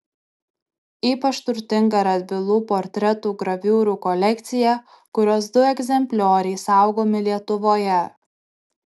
ypač turtinga radvilų portretų graviūrų kolekcija kurios du egzemplioriai saugomi lietuvoje